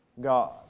God